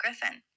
Griffin